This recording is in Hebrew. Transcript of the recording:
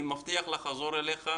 אני מבטיח לחזור אליך.